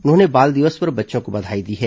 उन्होंने बाल दिवस पर बच्चों को बधाई दी है